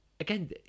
Again